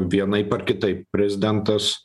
vienaip ar kitaip prezidentas